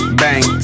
bang